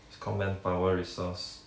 it's called manpower resource